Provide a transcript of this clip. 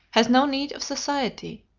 has no need of society,